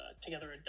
together